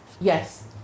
yes